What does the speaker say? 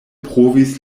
provis